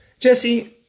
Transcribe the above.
Jesse